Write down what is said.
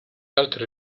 altri